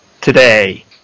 today